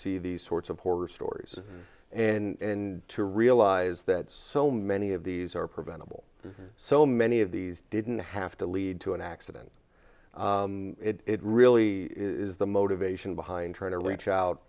see these sorts of horror stories and to realize that so many of these are preventable so many of these didn't have to lead to an accident it really is the motivation behind trying to reach out